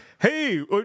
Hey